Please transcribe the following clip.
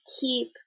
keep